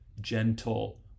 gentle